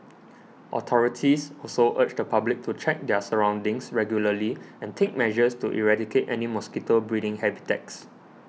authorities also urge the public to check their surroundings regularly and take measures to eradicate any mosquito breeding habitats